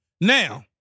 Now